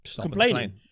complaining